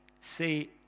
say